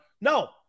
No